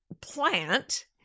plant